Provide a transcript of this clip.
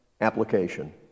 application